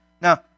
Now